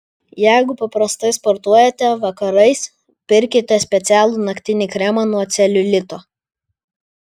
jeigu paprastai sportuojate vakarais pirkite specialų naktinį kremą nuo celiulito